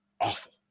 awful